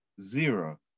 zero